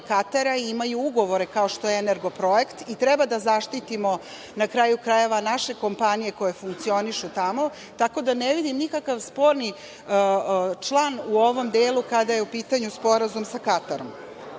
Katara i imaju ugovore, kao što je „Energoprojekt“ i treba da zaštitimo, na kraju krajeva, naše kompanije koje funkcionišu tamo, tako da ne vidim nikakav sporni član u onom delu kada je u pitanju Sporazum sa Katarom. Na